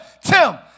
Tim